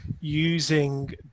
using